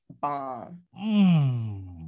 bomb